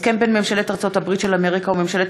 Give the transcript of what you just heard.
הסכם בין ממשלת ארצות-הברית של אמריקה לבין ממשלת